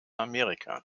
amerika